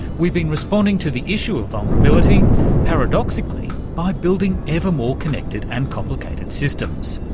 we've been responding to the issue of vulnerability paradoxically by building ever more connected and complicated systems.